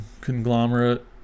conglomerate